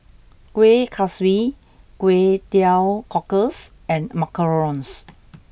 Kueh Kaswi Kway Teow Cockles and Macarons